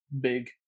big